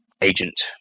agent